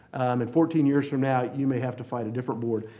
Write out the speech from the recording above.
and fourteen years from now you may have to fight a different board.